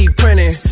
printing